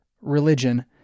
religion